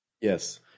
Yes